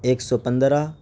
ایک سو پندرہ